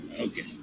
Okay